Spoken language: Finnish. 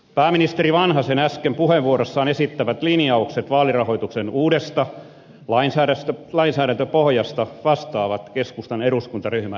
pääministeri vanhasen äsken puheenvuorossaan esittelemät linjaukset vaalirahoituksen uudesta lainsäädäntöpohjasta vastaavat keskustan eduskuntaryhmän odotuksia